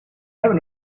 hebben